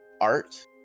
art